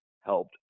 helped